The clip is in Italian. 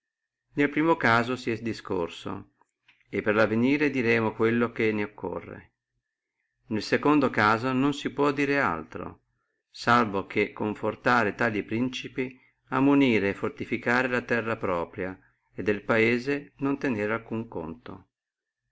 nel primo caso si è discorso e per lo avvenire diremo quello ne occorre nel secondo caso non si può dire altro salvo che confortare tali principi a fortificare e munire la terra propria e del paese non tenere alcuno conto